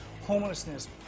homelessness